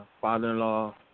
father-in-law